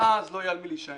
ואז לא יהיה על מי להישען.